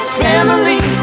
family